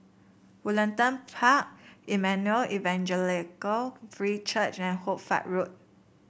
Woollerton Park Emmanuel Evangelical Free Church and Hoy Fatt Road